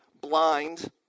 blind